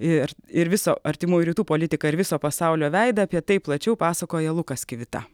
ir ir viso artimųjų rytų politiką ir viso pasaulio veidą apie tai plačiau pasakoja lukas kivita